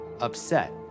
upset